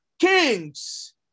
kings